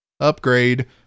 Upgrade